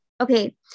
Okay